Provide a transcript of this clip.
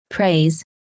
Praise